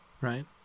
right